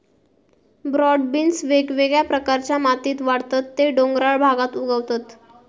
broad beans वेगवेगळ्या प्रकारच्या मातीत वाढतत ते डोंगराळ भागात उगवतत